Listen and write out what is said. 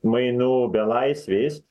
mainų belaisviais